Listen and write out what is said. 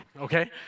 okay